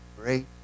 great